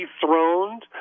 dethroned